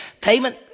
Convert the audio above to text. Payment